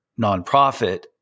nonprofit